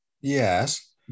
yes